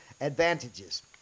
advantages